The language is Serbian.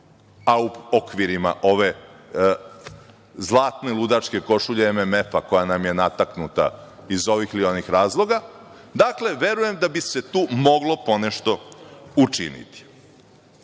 a u okvirima ove zlatne ludačke košulje MMF koja nam je nataknuta iz ovih ili onih razloga. Dakle, verujem da bi se tu moglo ponešto učiniti. Ne